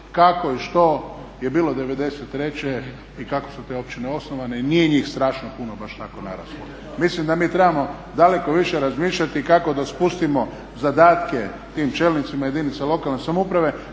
kako i što je bilo '93.i kako su te općine osnovane i nije njih strašno puno baš tako naraslo. Mislim da mi trebamo daleko više razmišljati kako da spustimo zadatke tim čelnicima jedinice lokalne samouprave